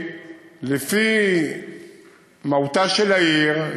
לפי מהותה של העיר,